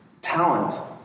talent